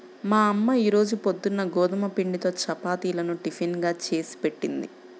మా అమ్మ ఈ రోజు పొద్దున్న గోధుమ పిండితో చపాతీలను టిఫిన్ గా చేసిపెట్టింది